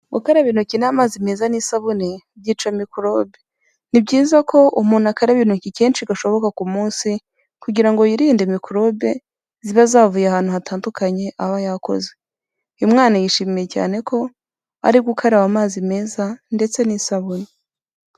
Gukaraba intoki n'amazi meza n'isabune byica mikorobe. Ni byiza ko umuntu akaraba intoki kenshi gashoboka ku munsi, kugira ngo yirinde mikorobe ziba zavuye ahantu hatandukanye aba yakoze. Uyu mwana yishimiye cyane ko ari gukaraba amazi meza ndetse n'isabune.